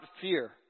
fear